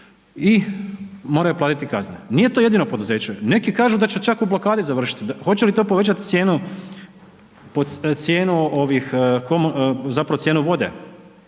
i moraju platiti kazne. Nije to jedino poduzeće, neki kažu da će čak u blokadi završiti, hoće li to povećati cijenu,